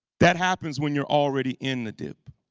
that happens when you're already in the dip